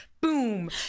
boom